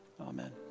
Amen